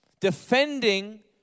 defending